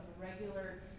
regular